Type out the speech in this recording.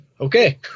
Okay